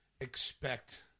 expect –